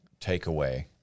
takeaway